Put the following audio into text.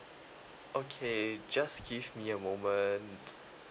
okay just give me a moment